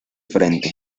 frente